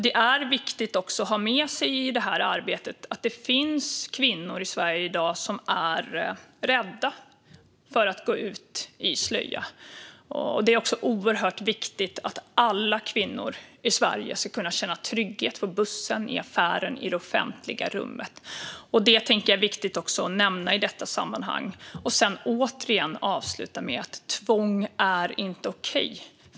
Det är viktigt att ha med sig i arbetet att det finns kvinnor i Sverige i dag som är rädda för att gå ut i slöja. Det är också oerhört viktigt att alla kvinnor i Sverige ska kunna känna trygghet på bussen, i affären och i det offentliga rummet. Det tycker jag också är viktigt att nämna i detta sammanhang. Jag vill återigen avsluta med att tvång inte är okej.